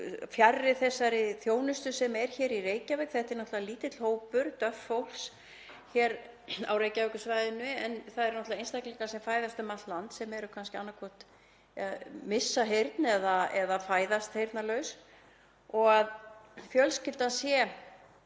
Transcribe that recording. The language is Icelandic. fjarri þessari þjónustu sem er hér í Reykjavík — þetta er náttúrlega lítill hópur döff fólks hér á Reykjavíkursvæðinu en það eru náttúrlega einstaklingar sem fæðast um allt land sem kannski annaðhvort missa heyrn eða fæðast heyrnarlausir — og að fjölskyldan sé